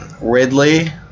Ridley